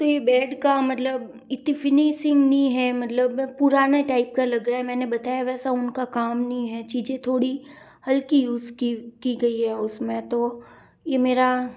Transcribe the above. तो यह बेड का मतलब इतनी फिनिशिंग नहीं है मतलब पुराना टाइप का लग रहा है मैंने बताया वैसा उनका काम नहीं है चीज़ें थोड़ी हल्की यूज़ की गई है उसमें तो यह मेरा